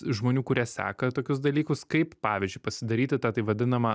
žmonių kurie seka tokius dalykus kaip pavyzdžiui pasidaryti tą taip vadinamą